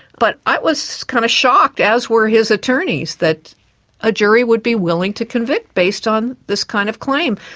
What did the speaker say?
but i was kind of shocked, as were his attorneys, that a jury would be willing to convict based on this kind of claim.